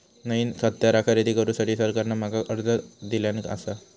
नईन हत्यारा खरेदी करुसाठी सरकारान माका कर्ज दिल्यानं आसा